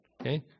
okay